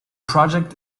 project